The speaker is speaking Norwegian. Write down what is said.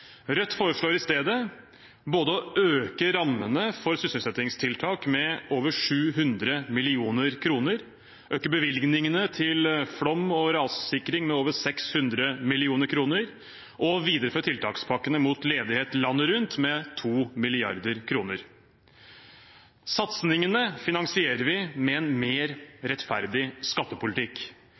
Rødt foreslår i stedet både å øke rammene for sysselsettingstiltak med over 700 mill. kr, øke bevilgningene til flom- og rassikring med over 600 mill. kr og videreføre tiltakspakkene mot ledighet landet rundt med 2 mrd. kr. Satsingene finansierer vi med en mer rettferdig skattepolitikk.